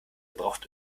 braucht